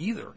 either